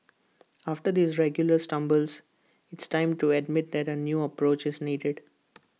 after these regular stumbles it's time to admit that A new approach is needed